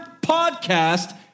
podcast